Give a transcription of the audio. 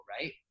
right